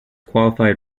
qualified